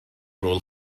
rôl